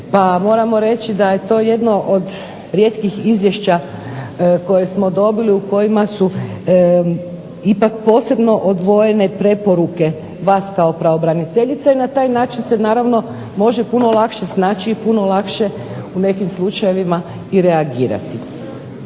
moramo reći da je to jedno od rijetkih izvješća koje smo dobili u kojima su ipak posebno odvojene preporuke vas kao pravobraniteljice. Na taj način se naravno može lakše snaći i puno lakše u nekim slučajevima i reagirati.